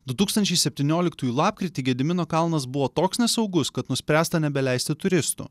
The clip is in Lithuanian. du tūkstančiai septynioliktųjų lapkritį gedimino kalnas buvo toks nesaugus kad nuspręsta nebeleisti turistų